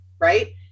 right